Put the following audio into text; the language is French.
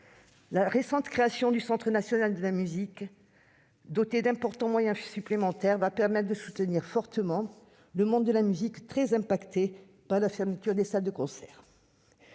La récente création du Centre national de la musique, doté d'importants moyens supplémentaires, va permettre de soutenir fortement le monde de la musique, très impacté par la fermeture des salles de concert.